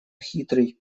хитрый